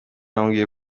bamubwiye